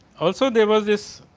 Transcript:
also there was this